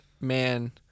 man